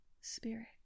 Spirit